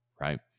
right